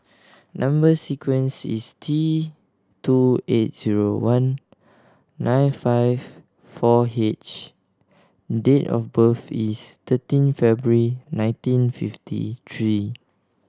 number sequence is T two eight zero one nine five four H date of birth is thirteen February nineteen fifty three